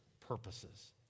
purposes